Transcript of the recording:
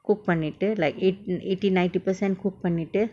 open it like eight~ eighty ninety percent cooked finished